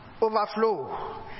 overflow